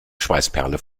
schweißperle